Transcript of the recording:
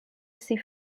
ses